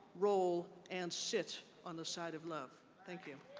roll, and sit on the side of love. thank you.